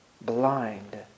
blind